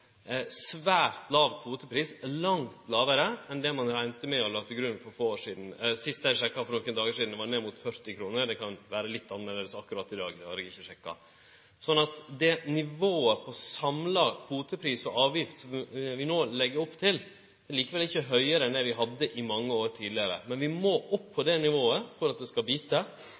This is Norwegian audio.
svært låg kvotepris – langt lågare enn det ein rekna med og la til grunn for få år sidan. Sist eg sjekka, for nokre dagar sidan, var han nede på 40 kr. Det kan vere litt annleis akkurat i dag, det har eg ikkje sjekka. Så det nivået på samla kvotepris og avgift som vi no legg opp til, er likevel ikkje høgare enn det vi hadde i mange år tidlegare. Men vi må opp på det nivået for at det skal bite,